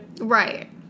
Right